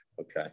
Okay